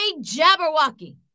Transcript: Jabberwocky